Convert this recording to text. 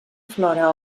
flora